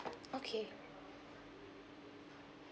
okay